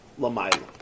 lamaila